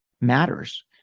matters